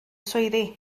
swyddi